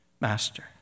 Master